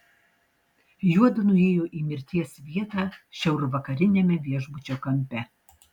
juodu nuėjo į mirties vietą šiaurvakariniame viešbučio kampe